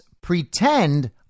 pretend